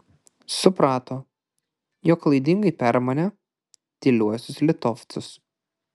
suprato jog klaidingai permanė tyliuosius litovcus